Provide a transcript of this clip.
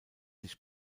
sich